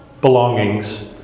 belongings